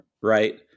right